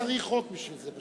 למה צריך חוק בשביל זה?